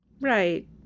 Right